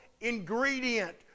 ingredient